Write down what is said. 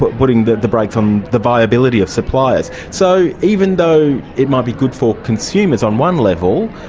but putting the the brakes on the viability of suppliers. so even though it might be good for consumers on one level,